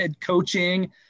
coaching